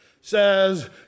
says